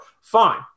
fine